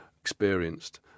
experienced